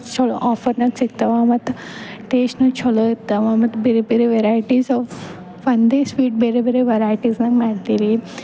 ಛಲೋ ಆಫರ್ನಾಗ ಸಿಗ್ತಾವ ಮತ್ತು ಟೇಸ್ಟನು ಚಲೋ ಇರ್ತಾವ ಮತ್ತು ಬೇರೆ ಬೇರೆ ವೆರೈಟೀಸ್ ಆಫ್ ಒಂದೇ ಸ್ವೀಟ್ ಬೇರೆ ಬೇರೆ ವೆರೈಟೀಸ್ನಾಗ ಮಾಡ್ತೀರಿ